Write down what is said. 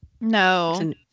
no